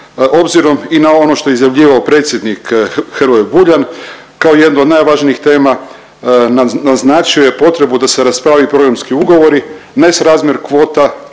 obzirom i na ono što je izjavljivao predsjednik Hrvoje Buljan kao jedno od najvažnijih tema naznačio je potrebu da se rasprave programski ugovori, nesrazmjer kvota